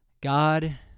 god